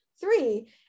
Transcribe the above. three